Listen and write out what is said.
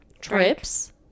Trips